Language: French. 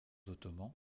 ottomans